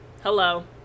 Hello